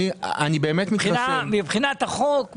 מבחינת החוק,